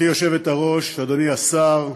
גברתי היושבת-ראש, אדוני השר,